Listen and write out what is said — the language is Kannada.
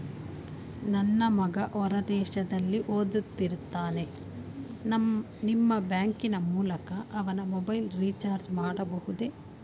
ನನ್ನ ಮಗ ಹೊರ ದೇಶದಲ್ಲಿ ಓದುತ್ತಿರುತ್ತಾನೆ ನಿಮ್ಮ ಬ್ಯಾಂಕಿನ ಮೂಲಕ ಅವನ ಮೊಬೈಲ್ ರಿಚಾರ್ಜ್ ಮಾಡಬಹುದೇ?